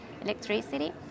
electricity